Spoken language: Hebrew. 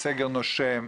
לעשות סגר נושם,